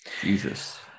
jesus